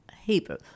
Hebrew